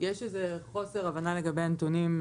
חוסר הבנה לגבי הנתונים,